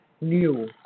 new